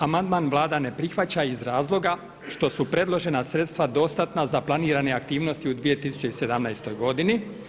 Amandman Vlada ne prihvaća iz razloga što su predložena sredstva dostatna za planirane aktivnosti u 2017. godini.